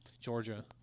Georgia